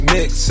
Mix